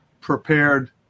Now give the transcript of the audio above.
prepared